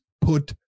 put